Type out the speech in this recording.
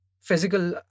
physical